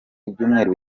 ibyumweru